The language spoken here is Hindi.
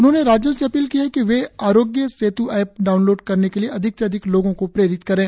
उन्होंने राज्यों से अपील की कि वे आरोग्य सेत् ऐप डाउनलोड करने के लिए अधिक से अधिक लोगों को प्रेरित करें